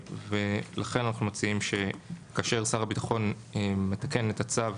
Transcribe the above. לכן אנחנו מציעים שכאשר שר הביטחון מתקן את הצו,